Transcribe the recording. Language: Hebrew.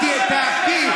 יש לך קוד?